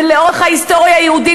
ולאורך ההיסטוריה היהודית,